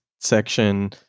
section